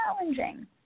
challenging